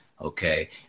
okay